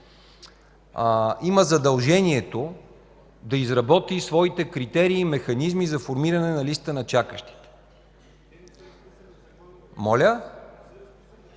има задължението да изработи своите критерии и механизми за формиране на листа на чакащите. ХАСАН